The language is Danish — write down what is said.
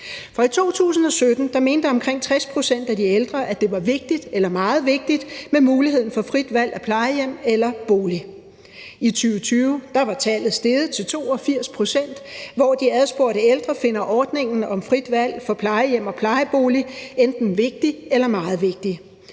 For i 2017 mente omkring 60 pct. af de ældre, at det var vigtigt eller meget vigtigt med muligheden for frit valg og plejehjem eller -bolig. I 2020 var tallet steget til 82 pct., hvor de adspurgte ældre finder ordningen om frit valg på plejehjem og plejebolig vigtig eller meget vigtig.